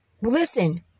Listen